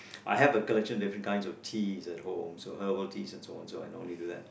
I have a collection different kinds of teas at home so herbal teas and so on so I do that